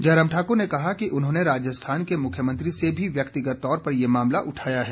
जयराम ठाकुर ने कहा कि उन्होंने राजस्थान के मुख्यमंत्री से भी व्यक्तिगत तौर पर ये मामला उठाया है